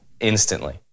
instantly